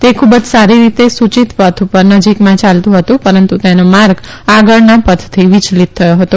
તે ખુબ જ સારી રીતે સુચિત પથ પર નજીકમાં ચાલતું હતું પરંતુ તેનો માર્ગ આગળના પથથી વિયલિત થયો હતો